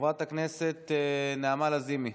חברת הכנסת נעמה לזימי,